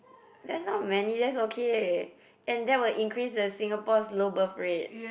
that's not many that's okay and that will increase the Singapore's low birth rate